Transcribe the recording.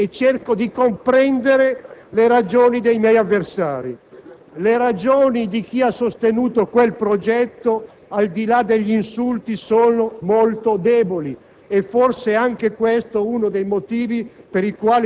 Ritengo di essere una persona tollerante e cerco di comprendere le ragioni dei miei avversari. Le ragioni di chi ha sostenuto quel progetto, al di là degli insulti, sono molto deboli.